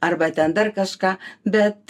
arba ten dar kažką bet